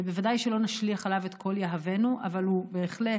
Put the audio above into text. וודאי שלא נשליך עליו את כל יהבנו, אבל הוא בהחלט